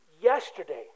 yesterday